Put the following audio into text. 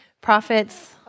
prophets